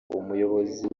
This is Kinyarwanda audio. umuyobozi